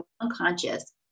Unconscious